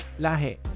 lahe